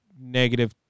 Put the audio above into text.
negative